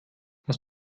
hast